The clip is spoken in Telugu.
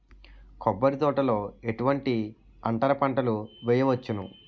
కొబ్బరి తోటలో ఎటువంటి అంతర పంటలు వేయవచ్చును?